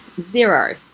zero